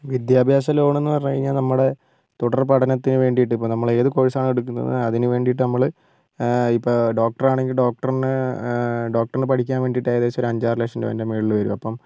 വിദ്യാഭ്യാസ ലോണെന്ന് പറഞ്ഞു കഴിഞ്ഞാൽ നമ്മുടെ തുടർപഠനത്തിന് വേണ്ടിയിട്ട് ഇപ്പോൾ നമ്മൾ ഏത് കോഴ്സാണോ എടുക്കുന്നത് അതിന് വേണ്ടിയിട്ട് നമ്മൾ ഇപ്പോൾ ഡോക്ടറാണെങ്കിൽ ഡോക്ടറിന് ഡോക്ടറിനു പഠിക്കാൻ വേണ്ടിയിട്ട് ഏകദേശം ഒരു അഞ്ചാറ് ലക്ഷം രൂപൻ്റെ മുകളിൽ വരും അപ്പം